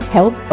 Help